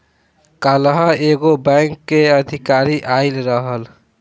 काल्ह एगो बैंक के अधिकारी आइल रहलन